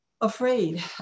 afraid